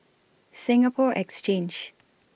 Singapore Exchange